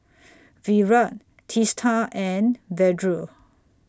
Virat Teesta and Vedre